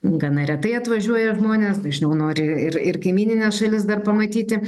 gana retai atvažiuoja žmonės dažniau nori ir ir kaimynines šalis dar pamatyti